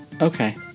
Okay